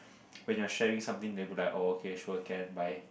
when you're sharing something they'll be like sure can bye